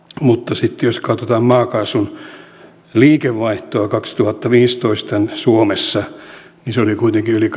sitten jos katsotaan maakaasun liikevaihtoa suomessa kaksituhattaviisitoista niin se oli kuitenkin yli